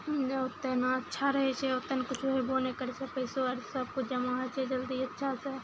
ओते ने अच्छा रहै छै ओते ने किछु होइबो नहि करै छै पैसो आर सबकिछु जमा होइ छै जल्दी अच्छा से